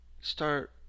start